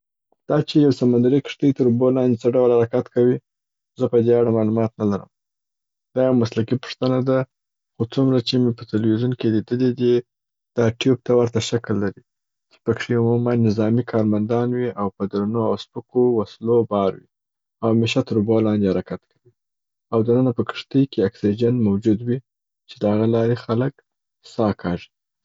دا چي یو سمندري کښتۍ تر اوبو لاندي څه ډول حرکت کوي، زه په دې اړه معلومات نه لرم. دا یو مسلکي پوښتنه ده، خو څومره چې مي په ټلویزیون کي لیدلي دي، دا ټویب ته ورته شکل لري چې په کښي عموماً نظامي کارمندان وي او په درنو او سپکو وسلو بار وي او همیشه تر اوبو لاندي حرکت کوي او دننه په کښتۍ کې اکسیجن موجود وي چې د هغه لاري خلک ساه کاږي.